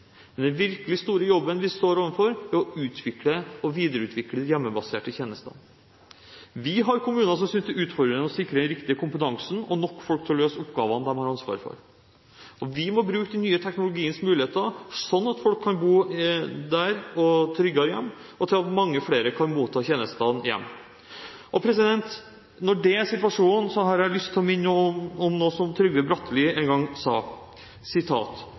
Men den virkelig store jobben vi står overfor, er å utvikle og videreutvikle de hjemmebaserte tjenestene. Vi har kommuner som synes det er utfordrende å sikre den riktige kompetansen, og nok folk til å løse oppgavene de har ansvar for. Vi må bruke den nye teknologiens muligheter, slik at folk kan bo i tryggere hjem, og at mange flere kan motta tjenestene hjemme. Når det er situasjonen, har jeg lyst til å minne om noe som Trygve Bratteli en gang sa: